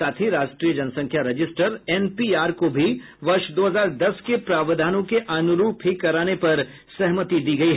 साथ ही राष्ट्रीय जनसंख्या रजिस्टर एनपीआर को भी वर्ष दो हजार दस के प्रावधानों के अनुरूप ही कराने पर सहमति दी गयी